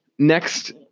Next